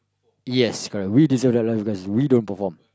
yes correct we deserve that that's because we don't perform